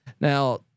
now